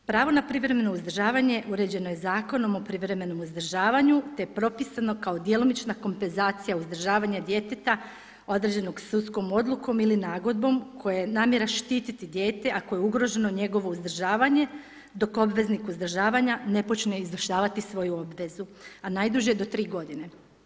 Pravo na privremeno uzdržavanje uređeno je Zakonom o privremenom uzdržavanju te je propisano kao djelomična kompenzacija uzdržavanja djeteta određenog sudskog odlukom ili nagodbom koja je namjera štitit dijete ako je ugroženo njegovo uzdržavanje, dok obveznik uzdržavanja ne počne izvršavati svoju obvezu, a najduže do 3 godine.